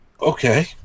Okay